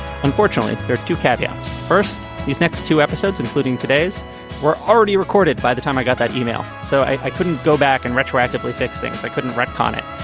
unfortunately there are two caveats. first these next two episodes including today's were already recorded by the time i got that email so i couldn't go back and retroactively fix things. i couldn't retcon it.